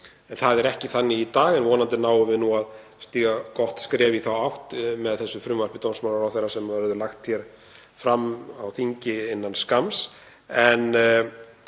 En það er ekki þannig í dag og vonandi náum við að stíga gott skref í þá átt með þessu frumvarpi dómsmálaráðherra sem verður lagt hér fram á þingi innan skamms. En